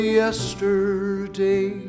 yesterday